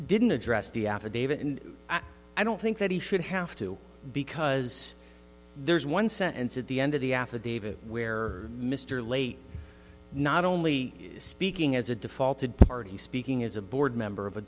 didn't address the affidavit and i don't think that he should have to because there's one sentence at the end of the affidavit where mr lay not only speaking as a defaulted party speaking as a board member of a